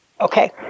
Okay